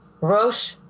Roche